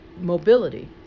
mobility